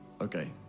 Okay